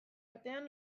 artean